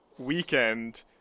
Weekend